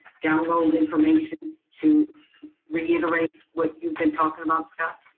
download information to reiterate what you've been talking about scott?